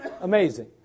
Amazing